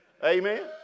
Amen